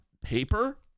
paper